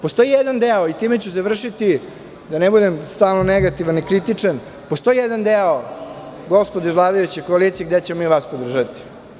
Postoji jedan deo i time ću završiti, da ne budem stalno negativan i kritičan, postoji jedan deo, gospodo iz vladajuće koalicije, gde ćemo mi vas podržati.